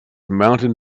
mountain